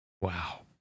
Wow